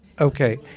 Okay